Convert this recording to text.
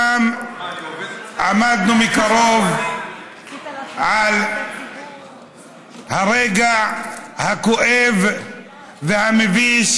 שם עמדנו מקרוב על הרגע הכואב והמביש